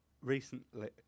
Recently